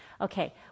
Okay